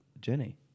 Jenny